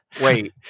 wait